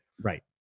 Right